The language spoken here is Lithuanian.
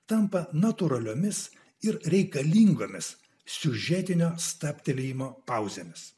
tampa natūraliomis ir reikalingomis siužetinio stabtelėjimo pauzėmis